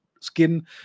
skin